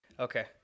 Okay